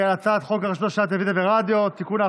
הצעת חוק הרשות השנייה לטלוויזיה ורדיו (תיקון,